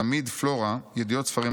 'תמיד פלורה' (ידיעות ספרים,